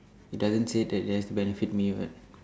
it doesn't say that it has to benefit me what